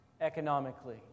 economically